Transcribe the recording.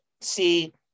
see